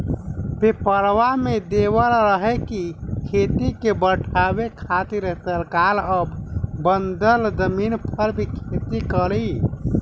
पेपरवा में देले रहे की खेती के बढ़ावे खातिर सरकार अब बंजर जमीन पर भी खेती करी